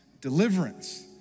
deliverance